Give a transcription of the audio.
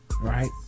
Right